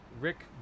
Rick